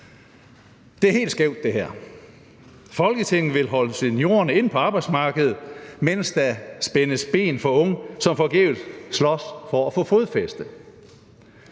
Det er helt skævt, det her. Folketinget vil holde seniorerne inde på arbejdsmarkedet, mens der spændes ben for unge, som forgæves slås for at få fodfæste.